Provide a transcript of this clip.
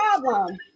problem